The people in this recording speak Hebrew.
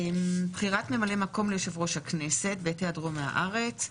בחירת ממלא מקום ליושב-ראש הכנסת בעת העדרו מן הארץ,